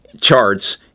charts